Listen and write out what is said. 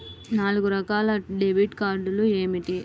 నాలుగు రకాల డెబిట్ కార్డులు ఏమిటి?